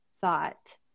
thought